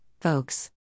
folks